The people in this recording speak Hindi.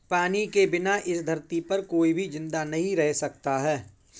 पानी के बिना इस धरती पर कोई भी जिंदा नहीं रह सकता है